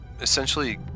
essentially